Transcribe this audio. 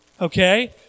okay